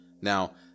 Now